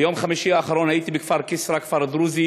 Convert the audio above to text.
ביום חמישי האחרון הייתי בכפר כסרא, כפר דרוזי